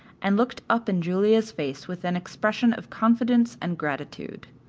and looked up in julia's face with an expression of confidence and gratitude.